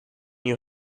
you